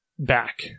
Back